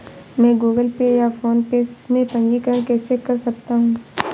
मैं Google Pay या PhonePe में पंजीकरण कैसे कर सकता हूँ?